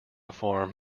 farm